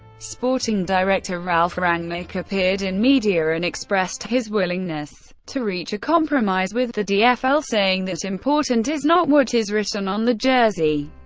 sporting director ralf rangnick appeared in media and expressed his willingness to reach a compromise with the dfl, saying that important is not what is written on the jersey,